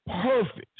perfect